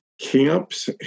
camps